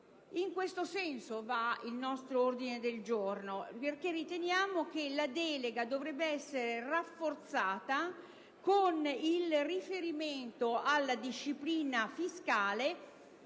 In questo senso va il nostro ordine del giorno. Riteniamo che la delega dovrebbe essere rafforzata con il riferimento alla disciplina fiscale